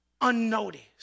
unnoticed